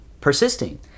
persisting